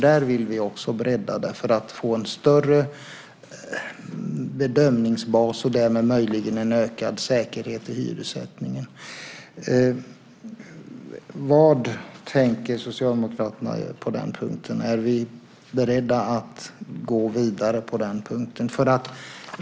Där vill vi också bredda för att få en större bedömningsbas och därmed möjligen en ökad säkerhet i hyressättningen. Vad tänker Socialdemokraterna göra på den punkten? Är vi beredda att gå vidare på den punkten?